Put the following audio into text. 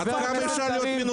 כי את, מה אכפת לך?